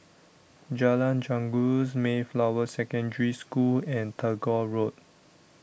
Jalan Janggus Mayflower Secondary School and Tagore Road